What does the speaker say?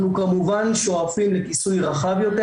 אנחנו כמובן שואפים לכיסוי רחב יותר.